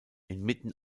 inmitten